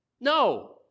No